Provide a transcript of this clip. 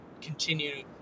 continue